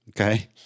Okay